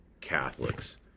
Catholics